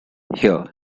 here